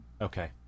Okay